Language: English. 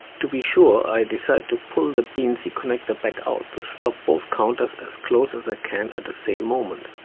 to be sure i decided to pull the bnc connector back out to stop both counters as close as i can at the same moment